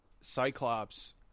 cyclops